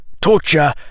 torture